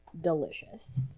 delicious